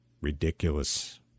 ridiculous